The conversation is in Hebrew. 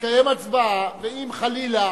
תתקיים הצבעה, ואם חלילה